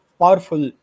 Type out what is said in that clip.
powerful